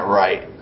right